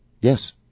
Yes